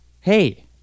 Hey